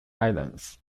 islands